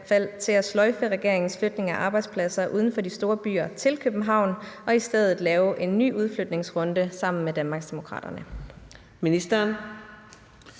til at sløjfe regeringens flytning af arbejdspladser uden for de store byer til København og i stedet lave en ny udflytningsrunde sammen med Danmarksdemokraterne? Kl.